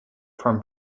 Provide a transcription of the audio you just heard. from